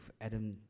Adam